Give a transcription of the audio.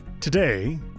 Today